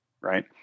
Right